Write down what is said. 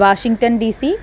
Washington DC